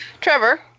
Trevor